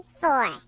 four